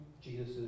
Jesus